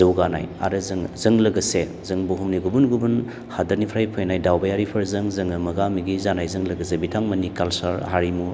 जौगानाय आरो जोङो जों लोगोसे जों बुहुमनि गुबुन गुबुन हादोरनिफ्राय फैनाय दावबायारिफोरजों जोङो मोगा मोगि जानायजों लोगोसे बिथांमोननि कालसार हारिमु